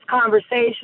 conversation